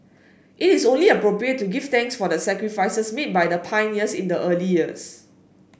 it is only appropriate to give thanks for the sacrifices made by the pioneers in the early years